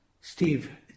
Steve